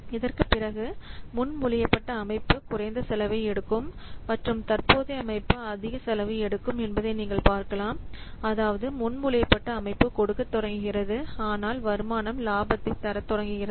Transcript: இதற்குப் பிறகு முன்மொழியப்பட்ட அமைப்பு குறைந்த செலவை எடுக்கும் மற்றும் தற்போதைய அமைப்பு அதிக செலவு எடுக்கும் என்பதை நீங்கள் பார்க்கலாம் அதாவது முன்மொழியப்பட்ட அமைப்பு கொடுக்கத் தொடங்குகிறது ஆனால் வருமானம் லாபத்தைத் தரத் தொடங்குகிறது